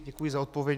Děkuji za odpověď.